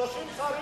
30 שרים?